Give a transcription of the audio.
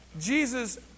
Jesus